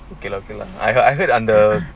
okay okay lah I heard I'm the